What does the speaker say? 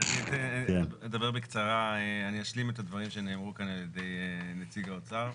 אני אדבר בקצרה ואשלים את הדברים שנאמרו כאן על-ידי נציג האוצר: